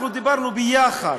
אנחנו דיברנו יחד,